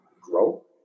grow